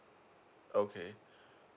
okay